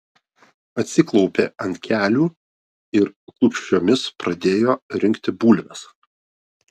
atsiklaupė ant kelių ir klūpsčiomis pradėjo rinkti bulves